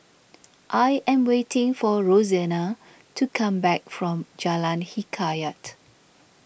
I am waiting for Rosena to come back from Jalan Hikayat